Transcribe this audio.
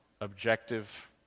objective